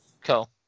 Cool